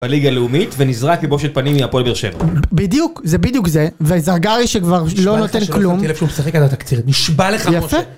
בליגה הלאומית, ונזרק לבבושת פנים מהפועל באר שבע. בדיוק, זה בדיוק זה, והזאגארי שכבר לא נותן כלום, נשבע לך נראה שהוא משחק על התקציר, נשבע לך בושה.